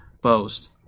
boast